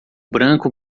branco